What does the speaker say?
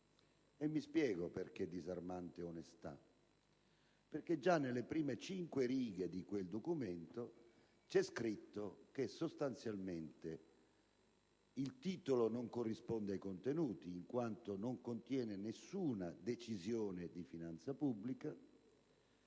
parlo di disarmante onestà. Già nelle prime cinque righe di quel documento c'è scritto che, sostanzialmente, il titolo non corrisponde ai contenuti, in quanto non contiene nessuna decisione di finanza pubblica;